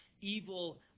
evil